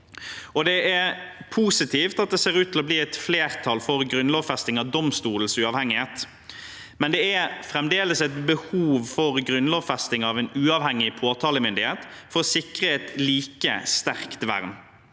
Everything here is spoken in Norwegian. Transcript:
Det er positivt at det ser ut til å bli flertall for grunnlovfesting av domstolenes uavhengighet, men det er fremdeles behov for grunnlovfesting av en uavhengig påtalemyndighet for å sikre et like sterkt vern.